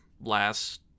last